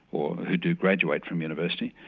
or who do graduate from university.